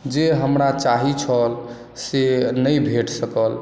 जे हमरा चाही छल से नहि भेट सकल